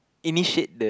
initiate the